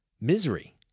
misery